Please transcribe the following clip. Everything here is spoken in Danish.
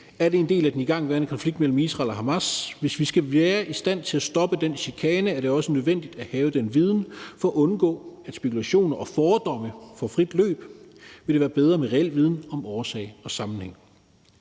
er det en del af den igangværende konflikt mellem Israel og Hamas? Hvis vi skal være i stand til at stoppe den chikane, er det også nødvendigt at have den viden, og for at undgå, at spekulationer og fordomme får frit løb, vil det være bedre med reel viden om årsag og sammenhæng,